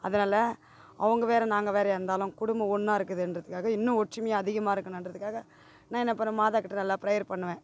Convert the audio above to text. அதனால அவங்க வேற நாங்கள் வேறையா இருந்தாலும் குடும்பம் ஒன்னா இருக்குதேன்றதுக்காக இன்னும் ஒற்றுமையாக அதிகமாக இருக்கனுன்றதுக்காக நான் என்ன பண்ண மாதாக்கிட்ட நல்லா ப்ரேயர் பண்ணுவேன்